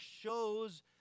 shows